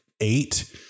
eight